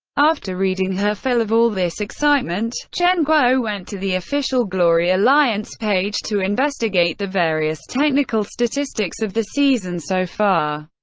after reading her fill of all this excitement, chen guo went to the official glory alliance page to investigate the various technical statistics of the season so far.